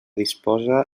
disposa